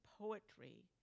poetry